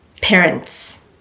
parents